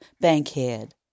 Bankhead